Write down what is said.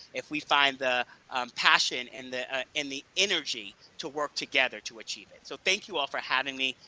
if we find the passion and the and the energy to work together to achieve it. so thank you all for having me,